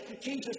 Jesus